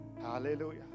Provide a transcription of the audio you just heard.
Hallelujah